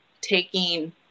taking